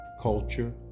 Culture